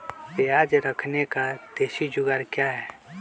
प्याज रखने का देसी जुगाड़ क्या है?